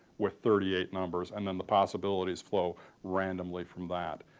with thirty eight numbers and then the possibilities flow randomly from that.